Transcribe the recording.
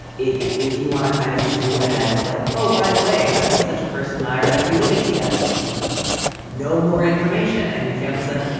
if you want to kind of just move ahead with like, oh, by the way, such and such a person and i are going to be living together no more information. and your families like